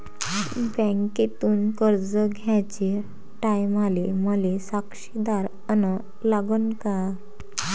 बँकेतून कर्ज घ्याचे टायमाले मले साक्षीदार अन लागन का?